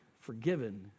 forgiven